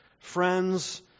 Friends